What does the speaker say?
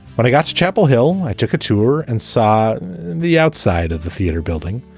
when i got to chapel hill, i took a tour and saw the outside of the theater building.